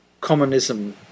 communism